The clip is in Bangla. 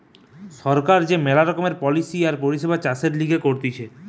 সরকার যে মেলা রকমের পলিসি আর পরিষেবা চাষের লিগে করতিছে